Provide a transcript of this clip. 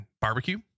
barbecue